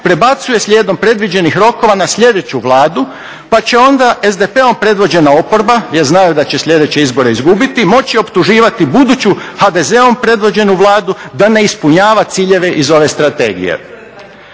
prebacuju slijedom predviđenih rokova na sljedeću Vladu, pa će onda SDO-om predvođena oporba jer znaju da će sljedeće izbore izgubiti, moći optuživati buduću HDZ-om predvođenu Vladu da ne ispunjava ciljeve iz ove strategije.